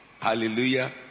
Hallelujah